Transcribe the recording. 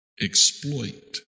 exploit